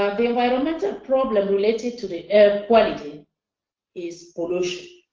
um the environmental problem related to the air quality is pollution.